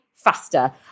faster